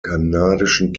kanadischen